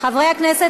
חברי הכנסת,